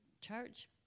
church